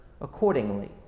accordingly